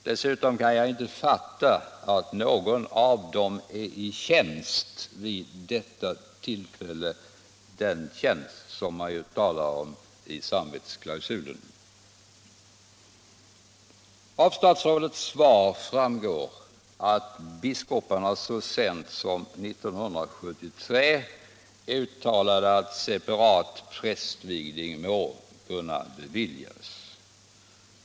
Dessutom kan jag inte fatta att någon av dem är i tjänst vid detta tillfälle, som det talas om i samvetsklausulen. Av statsrådets svar framgår att biskoparna så sent som 1973 uttalade att separat prästvigning må kunna beviljas.